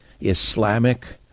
Islamic